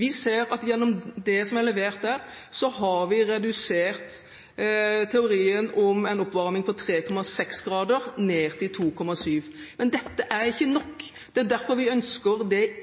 Vi ser at gjennom det som er levert der, har vi redusert teorien om en oppvarming på 3,6 grader ned til 2,7 grader. Men dette er ikke nok. Det er derfor vi ønsker